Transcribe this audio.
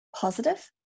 positive